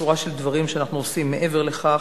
שורה של דברים שאנחנו עושים מעבר לכך.